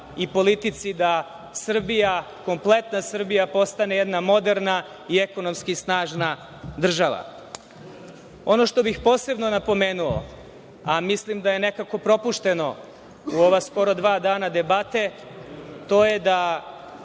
i politici da Srbija, kompletna Srbija postane jedna moderna i ekonomski snažna država. Ono što bih posebno napomenuo, a mislim da je nekako propušteno u ova skoro dva dana debate, to je da